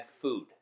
food